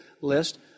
list